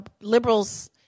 liberals